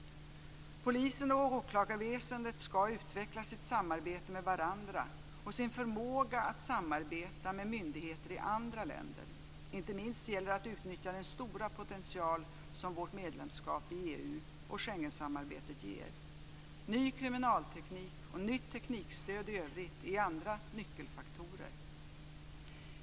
Polisen och åklagarväsendet ska utveckla sitt samarbete med varandra och sin förmåga att samarbeta med myndigheter i andra länder. Inte minst gäller det att utnyttja den stora potential som vårt medlemskap i EU och Schengensamarbetet ger. Ny kriminalteknik och nytt teknikstöd i övrigt är andra nyckelfaktorer.